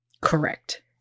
Correct